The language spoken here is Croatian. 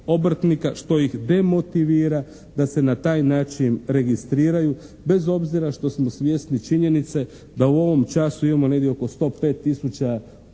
što ih demotivira da se na taj način registriraju, bez obzira što smo svjesni činjenice da u ovom času imamo negdje oko 105000